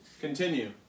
Continue